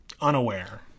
unaware